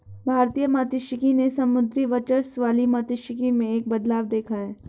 भारतीय मात्स्यिकी ने समुद्री वर्चस्व वाली मात्स्यिकी में एक बदलाव देखा है